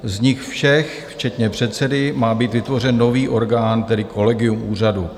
Z nich všech včetně předsedy má být vytvořen nový orgán, tedy kolegium úřadu.